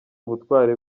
ubutwari